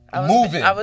moving